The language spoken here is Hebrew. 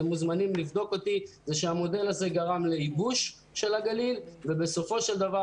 זה שהמודל הזה גרם לייבוש הגליל ובסופו של דבר